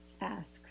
asks